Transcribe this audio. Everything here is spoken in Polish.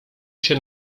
się